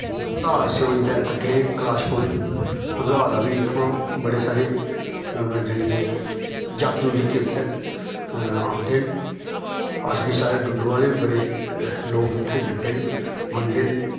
धार स्योज़ दे अग्गें कलाश कुंड भदरवाह् दा बी इत्थुआं बड़े सारे जानि के जातरू जेह्के उत्थें औंदे न अस बी सारे डुड्डू आह्ले बी बड़े लोग उत्थें जंदे न मन्नदे न